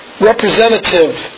representative